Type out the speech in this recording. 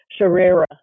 sharira